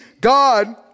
God